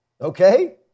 okay